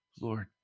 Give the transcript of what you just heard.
Lord